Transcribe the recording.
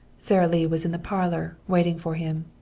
sara lee was in the parlor, waiting for him.